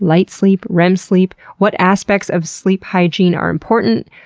light sleep, rem sleep, what aspects of sleep hygiene are important,